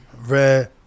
Red